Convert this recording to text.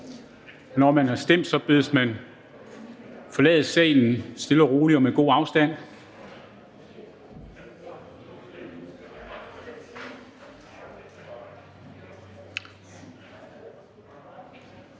Når man har stemt, bedes man forlade salen stille og roligt og med god afstand.